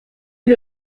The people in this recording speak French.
lui